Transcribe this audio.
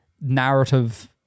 narrative